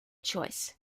choice